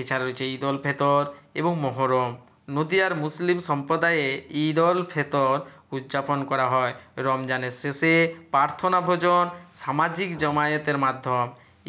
এছাড়া রয়েছে ঈদল ফেতর এবং মহরম নদীয়ার মুসলিম সম্প্রদায়ে ঈদল ফেতর উদযাপন করা হয় রমজানের শেষে পার্থনা ভোজন সামাজিক জমায়েতের মাধ্যম